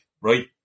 right